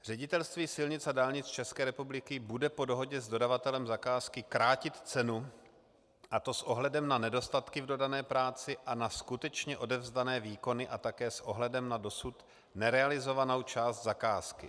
Ředitelství silnic a dálnic České republiky bude po dohodě s dodavatelem zakázky krátit cenu, a to s ohledem na nedostatky v dodané práci a na skutečně odevzdané výkony a také s ohledem na dosud nerealizovanou část zakázky.